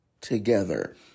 together